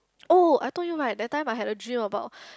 oh I told you right that time I had a dream about